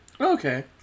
Okay